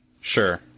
Sure